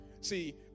See